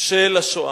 של השואה.